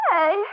Hey